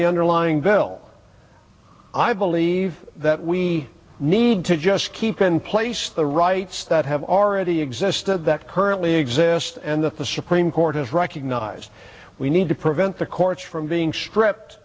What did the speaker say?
the underlying bill i believe that we need to just keep in place the rights that have already existed that currently exist and that the supreme court has recognized we need to prevent the courts from being stripped